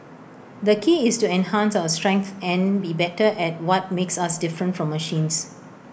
the key is to enhance our strengths and be better at what makes us different from machines